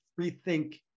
rethink